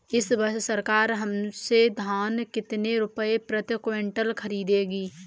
इस वर्ष सरकार हमसे धान कितने रुपए प्रति क्विंटल खरीदेगी?